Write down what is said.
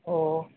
ꯑꯣ